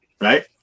Right